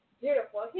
beautiful